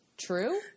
true